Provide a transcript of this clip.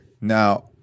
Now